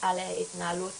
על התנהלות